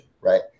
right